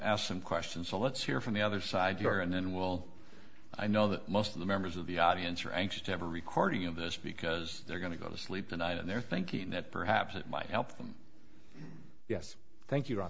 asked some questions so let's hear from the other side your and then will i know that most of the members of the audience are anxious to have a recording of this because they're going to go to sleep tonight and they're thinking that perhaps it might help them yes thank you